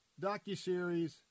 docuseries